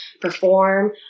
perform